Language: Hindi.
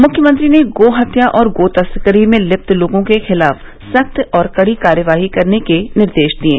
मुख्यमंत्री ने गो हत्या और गो तस्करी में लिप्त लोगों के खिलाफ सख्त और कड़ी कार्रवाई करने के भी निर्देश दिये